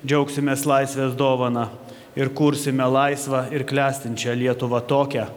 džiaugsimės laisvės dovana ir kursime laisvą ir klestinčią lietuvą tokią